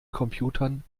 computern